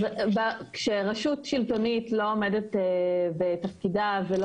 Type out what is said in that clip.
כשרשות שלטונית לא עומדת בתפקידה ולא